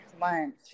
lunch